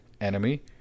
Enemy